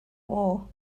war